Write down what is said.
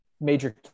major